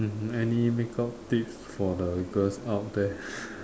hmm any makeup tips for the girls out there